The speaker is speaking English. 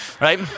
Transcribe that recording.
right